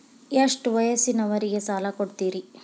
ಎಷ್ಟ ವಯಸ್ಸಿನವರಿಗೆ ಸಾಲ ಕೊಡ್ತಿರಿ?